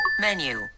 Menu